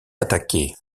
attaquer